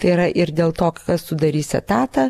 tai yra ir dėl to kas sudarys etatą